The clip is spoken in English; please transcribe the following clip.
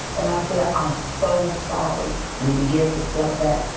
and i said, i'm so sorry. and he began to step back.